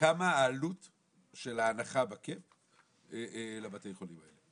העלות של ההנחה בקאפ לבתי החולים האלה?